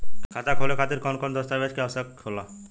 खाता खोले खातिर कौन कौन दस्तावेज के आवश्यक होला?